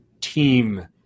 team